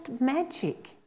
magic